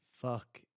Fuck